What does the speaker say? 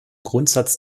grundsatz